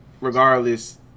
regardless